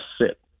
sit